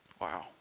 wow